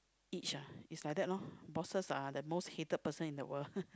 each ah is like that lor bosses are the most hated person in the world